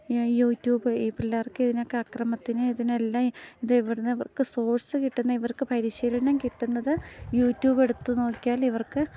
YouTube പിള്ളേർക്ക് ഇതിനൊക്കെ ആക്രമത്തിന് ഇതിനെല്ലാം ഇത് ഇവിടന്ന് ഇവർക്ക് സോഴ്സ് കിട്ടുന്നത് ഇവർക്ക് പരിശീലനം കിട്ടുന്നത് യൂട്യൂബ് എടുത്ത് നോക്കിയാൽ ഇവർക്ക്